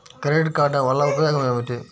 Credit card వల్ల ఉపయోగం ఏమిటీ?